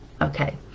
okay